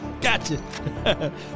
Gotcha